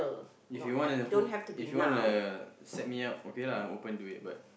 if you wanna hook if you wanna set me up okay lah I'm open to it but